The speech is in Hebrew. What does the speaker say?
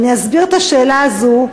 אסביר את השאלה הזאת.